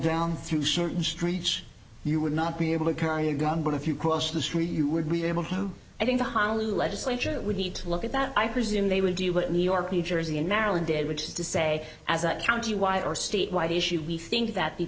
down through certain streets you would not be able to carry a gun but if you cross the street you would be able to i think the honolulu legislature would need to look at that i presume they would do what new york new jersey and maryland did which is to say as that county wide or statewide issue we think that the